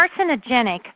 carcinogenic